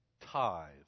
tithe